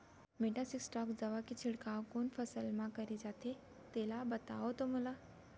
Metasystox दवा के छिड़काव कोन फसल म करे जाथे तेला बताओ त मोला?